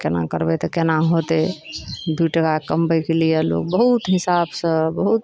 केना करबै तऽ केना होयतै दुइ टका कमबैके लिए लोग बहुत हिसाबसँ बहुत